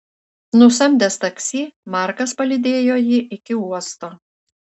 nusamdęs taksi markas palydėjo jį iki uosto